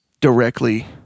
directly